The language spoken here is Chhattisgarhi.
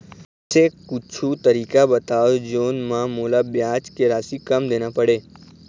ऐसे कुछू तरीका बताव जोन म मोला ब्याज के राशि कम देना पड़े?